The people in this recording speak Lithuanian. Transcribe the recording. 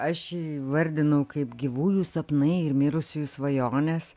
aš jį įvardinau kaip gyvųjų sapnai ir mirusiųjų svajonės